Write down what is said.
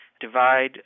divide